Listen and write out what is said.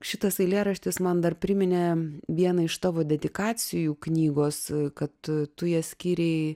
šitas eilėraštis man dar priminė vieną iš tavo dedikacijų knygos kad tu ją skyrei